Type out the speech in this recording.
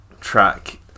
track